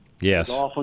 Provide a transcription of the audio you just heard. yes